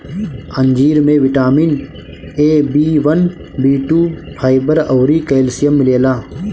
अंजीर में vitamin A, B one, B two, fibre अउरी कैल्शियम मिलेला